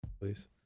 please